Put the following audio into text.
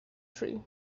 tree